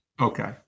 Okay